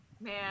Man